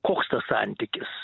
koks tas santykis